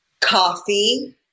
coffee